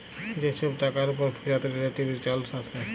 যে ছব টাকার উপর ফিরত রিলেটিভ রিটারল্স আসে